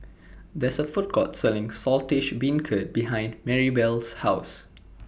There IS A Food Court Selling Saltish Beancurd behind Marybelle's House